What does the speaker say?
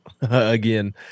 again